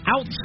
out